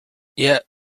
yet